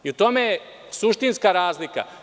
U tome je suštinska razlika.